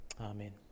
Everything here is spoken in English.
Amen